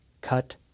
cut